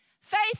Faith